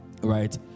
right